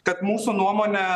kad mūsų nuomone